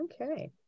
okay